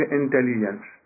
intelligence